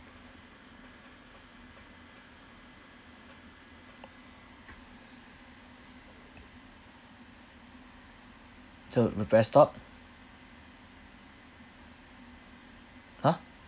!huh!